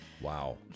Wow